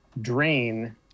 drain